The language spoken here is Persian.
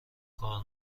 کار